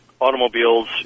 automobiles